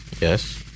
Yes